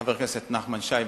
חבר הכנסת נחמן שי,